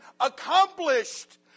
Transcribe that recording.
accomplished